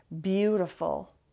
beautiful